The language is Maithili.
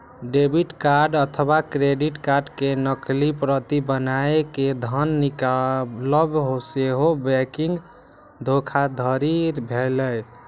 डेबिट कार्ड अथवा क्रेडिट कार्ड के नकली प्रति बनाय कें धन निकालब सेहो बैंकिंग धोखाधड़ी भेलै